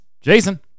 jason